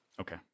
Okay